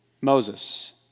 Moses